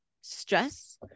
stress